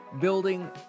Building